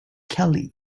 kelly